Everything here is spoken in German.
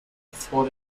vor